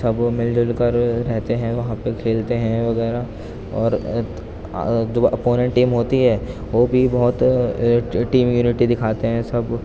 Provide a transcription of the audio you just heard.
سب مل جل کر رہتے ہیں وہاں پہ کھیلتے ہیں وغیرہ اور اپوننٹ ٹیم ہوتی ہے وہ بھی بہت ٹیم یونیٹی دکھاتے ہیں سب